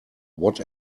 what